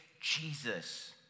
Jesus